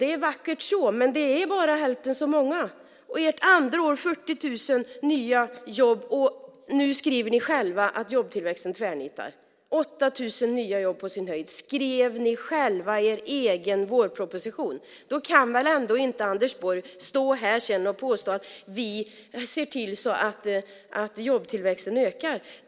Det är vackert så, men det är bara hälften så många. Under ert andra år var det 40 000 nya jobb. Nu skriver ni själva att jobbtillväxten tvärnitar. Det är 8 000 nya jobb på sin höjd. Det skrev ni själva i er egen vårproposition. Då kan väl ändå inte Anders Borg stå här och påstå att ni ser till att jobbtillväxten ökar.